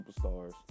superstars